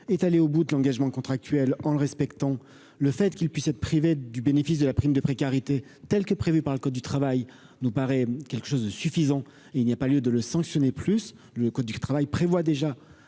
est allé au bout de l'engagement contractuel en respectant le fait qu'il puisse être privés du bénéfice de la prime de précarité, telle que prévue par le code du travail nous paraît quelque chose de suffisant et il n'y a pas lieu de le sanctionner plus le code du travail prévoit déjà